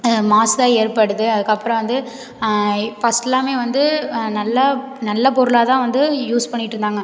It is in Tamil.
மாசு தான் ஏற்படுது அதுக்கப்புறம் வந்து ஃபஸ்ட்லாமே வந்து நல்லா நல்ல பொருளாக தான் வந்து யூஸ் பண்ணிட்டுருந்தாங்க